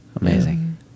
Amazing